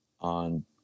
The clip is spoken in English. on